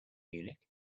munich